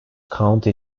county